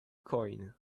coin